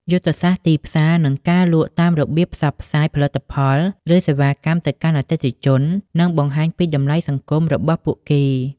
យុទ្ធសាស្រ្តទីផ្សារ និងការលក់តាម របៀបផ្សព្វផ្សាយផលិតផល ឬសេវាកម្មទៅកាន់អតិថិជន និងបង្ហាញពីតម្លៃសង្គមរបស់ពួកគេ។